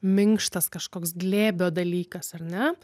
minkštas kažkoks glėbio dalykas ar ne